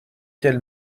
quel